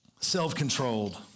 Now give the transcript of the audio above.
self-controlled